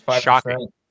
Shocking